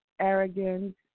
arrogance